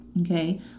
okay